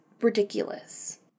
ridiculous